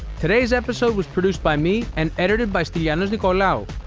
today's episode was produced by me and edited by stylianos nicolaou.